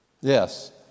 Yes